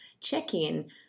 check-in